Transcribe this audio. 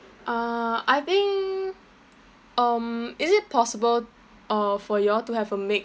uh I think um is it possible uh for you all to have a mix